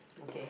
okay